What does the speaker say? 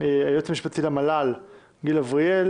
היועץ המשפטי למל"ל גיל אבריאל